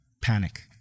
panic